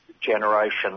generation